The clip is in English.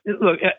look